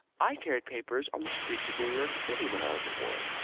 i carried papers on the streets of new york city when i was a boy.